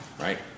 Right